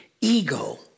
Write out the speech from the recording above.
ego